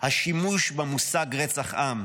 השימוש במושג רצח עם.